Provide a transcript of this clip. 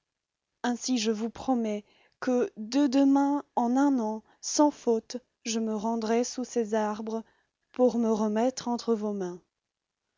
ainsi je vous promets que de demain en un an sans faute je me rendrai sous ces arbres pour me remettre entre vos mains